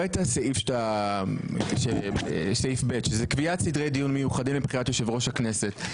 את סעיף ב' שזה קביעת סדרי דיון מיוחדים לבחירת יושב-ראש הכנסת.